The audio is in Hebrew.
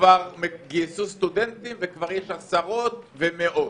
וכבר גייסו סטודנטים ויש עשרות ומאות.